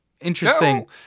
interesting